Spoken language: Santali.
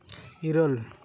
ᱤᱨᱟᱹᱞ